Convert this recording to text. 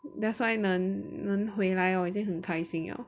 that's why 能能回来 hor 已经很开心 liao